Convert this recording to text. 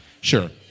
Sure